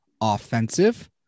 offensive